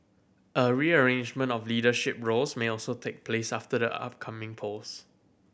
a rearrangement of leadership roles may also take place after the upcoming polls